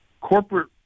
Corporate